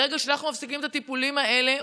ברגע שאנחנו מפסיקים את הטיפולים האלה,